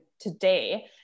today